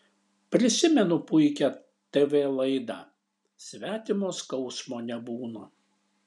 prisimenu puikią tv laidą svetimo skausmo nebūna